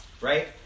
right